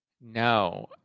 No